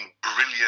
brilliant